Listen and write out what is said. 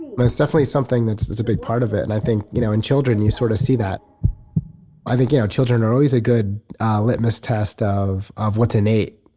but it's definitely something that's a big part of it, and i think you know in children you sort of see that i think you know children are always a good litmus test of of what's innate,